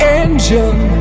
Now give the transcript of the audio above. engine